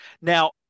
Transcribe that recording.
Now